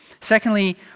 Secondly